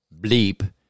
Bleep